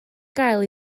gael